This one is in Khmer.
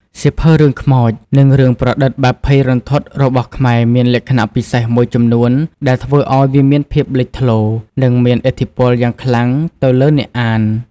សៀវភៅរឿងខ្មោច និងរឿងប្រឌិតបែបភ័យរន្ធត់របស់ខ្មែរមានលក្ខណៈពិសេសមួយចំនួនដែលធ្វើឲ្យវាមានភាពលេចធ្លោ និងមានឥទ្ធិពលយ៉ាងខ្លាំងទៅលើអ្នកអាន។